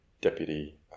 deputy